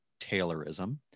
Taylorism